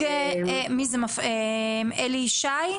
אלי שיש?